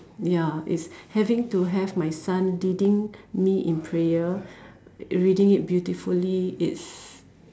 ya it's having to have my son leading me in prayer reading it beautifully it's